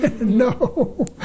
no